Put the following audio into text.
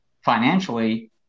financially